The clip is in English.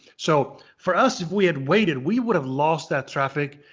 so for us, if we had waited, we would've lost that traffic.